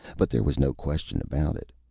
but there was no question about it.